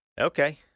Okay